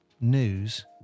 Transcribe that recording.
news